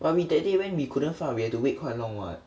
but we that day went we couldn't find we have to wait quite long [what]